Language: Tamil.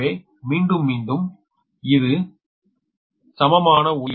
எனவே மீண்டும் மீண்டும் இது from இலிருந்து சமமான Y எனில் N23